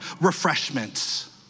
refreshments